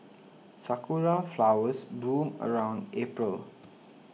sakura flowers bloom around April